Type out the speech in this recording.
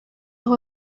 aho